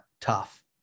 tough